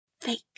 fake